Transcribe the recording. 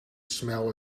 smell